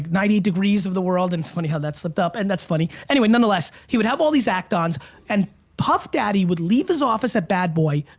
ninety eight degrees of the world and it's funny how that slipped up, and that's funny. anyway, nonetheless, he would have all these act ons and puff daddy would leave his office at bad boy,